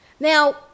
Now